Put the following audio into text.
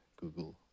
Google